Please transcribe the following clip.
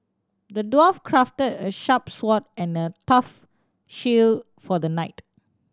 the dwarf crafted a sharp sword and a tough shield for the knight